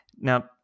Now